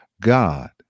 God